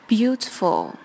Beautiful